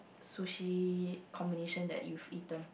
sushi combination that you've eaten